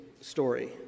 story